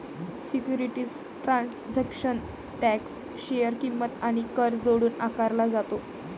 securities transaction tax share किंमत आणि कर जोडून आकारला जातो